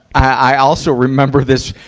i, i also remember this,